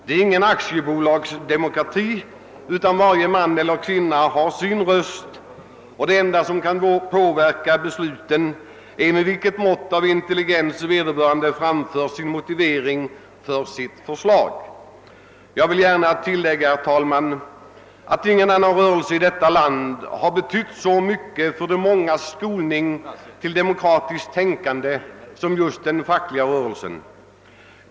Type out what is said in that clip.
Det är inte fråga om någon aktiebolagsdemokrati, ty varje man eller kvinna har sin röst, och det enda som kan påverka besluten är det mått av intelligens med vilket man framför motiveringarna för sina förslag. Jag vill gärna tillägga, herr talman, att ingen annan rörelse i vårt land har betytt så mycket för de mångas skolning till demokratiskt tänkande som just den fackliga rörelsen.